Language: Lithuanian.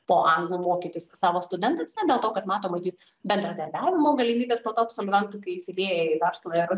po anglų mokytis savo studentams na dėl to kad mato matyt bendradarbiavimo galimybes po to absolventų kai įsilieja į verslą ir